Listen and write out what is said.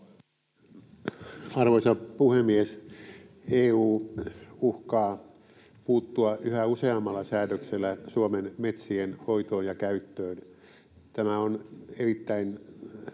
Arvoisa puhemies! EU uhkaa puuttua yhä useammalla säädöksellä Suomen metsien hoitoon ja käyttöön. Tämä on erittäin